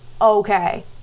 okay